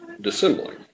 dissembling